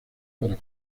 para